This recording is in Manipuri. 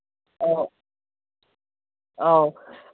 ꯑꯧ ꯑꯧ